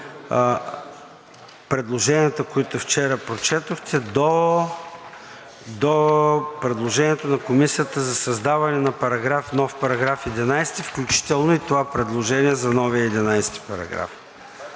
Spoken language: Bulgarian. предложенията, които вчера прочетохте до предложението на Комисията за създаването на нов § 11, включително и това предложение за новия § 11, за